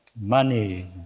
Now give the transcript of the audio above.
money